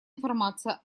информация